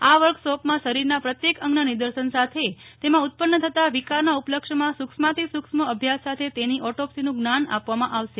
આ વર્કશોપમાં શરીરના પ્રત્યેક અંગના નિદર્શન સાથે તેમાં ઉત્પન્ન થતા વિકારનાં ઉપલક્ષમાં સુક્ષ્માતિસુક્ષ્મ અભ્યાસ સાથે તેની ઓટોપ્સીનું જ્ઞાન આપવામાં આવશે